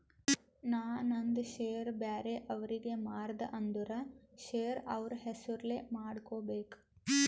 ನಾ ನಂದ್ ಶೇರ್ ಬ್ಯಾರೆ ಅವ್ರಿಗೆ ಮಾರ್ದ ಅಂದುರ್ ಶೇರ್ ಅವ್ರ ಹೆಸುರ್ಲೆ ಮಾಡ್ಕೋಬೇಕ್